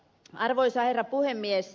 arvoisa herra puhemies